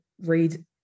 read